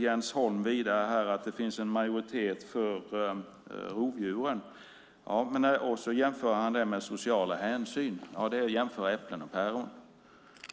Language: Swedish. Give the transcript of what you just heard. Jens Holm säger vidare att det finns en majoritet för rovdjuren, och så jämför han det med sociala hänsyn. Men det är att jämföra äpplen och päron,